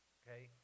okay